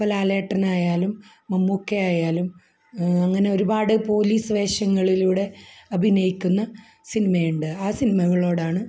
ഇപ്പം ലാലേട്ടനായാലും മമ്മൂക്ക ആയാലും അങ്ങനെ ഒരുപാട് പോലീസ് വേഷങ്ങളിലൂടെ അഭിനയിക്കുന്ന സിനിമയുണ്ട് ആ സിനിമകളോടാണ്